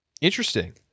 Interesting